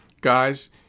guys